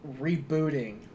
rebooting